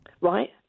Right